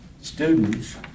students